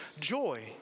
joy